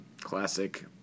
classic